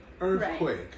Earthquake